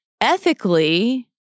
ethically